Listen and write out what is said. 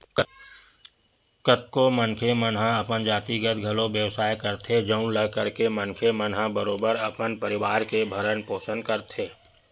कतको मनखे मन हा अपन जातिगत घलो बेवसाय करथे जउन ल करके मनखे मन ह बरोबर अपन परवार के भरन पोसन करथे